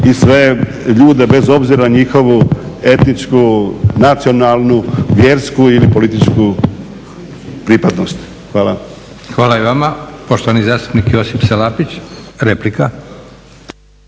i sve ljude bez obzira na njihovu etničku, nacionalnu, vjersku ili političku pripadnost. Hvala. **Leko, Josip (SDP)** Hvala i vama. Poštovani zastupnik Josip Salapić, replika.